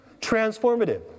Transformative